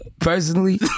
personally